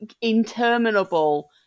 interminable